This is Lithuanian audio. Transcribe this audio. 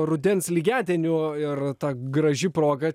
rudens lygiadieniu ir ta graži proga